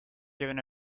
given